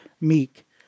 meek